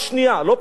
לא פעם ראשונה.